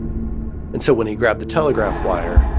and so when he grabbed the telegraph wire.